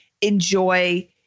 enjoy